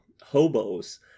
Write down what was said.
hobos